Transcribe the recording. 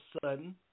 sudden